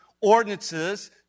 ordinances